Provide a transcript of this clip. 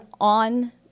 on